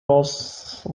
was